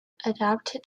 adapted